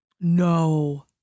No